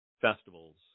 festivals